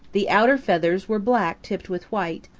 the outer feathers were black tipped with white,